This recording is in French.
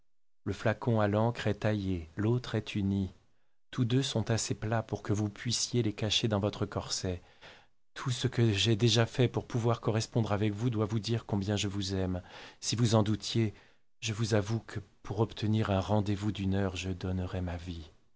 le flacon à l'encre est taillé l'autre est uni tous deux sont assez plats pour que vous puissiez les cacher dans votre corset tout ce que j'ai fait déjà pour pouvoir correspondre avec vous doit vous dire combien je vous aime si vous en doutiez je vous avoue que pour obtenir un rendez vous d'une heure je donnerais ma vie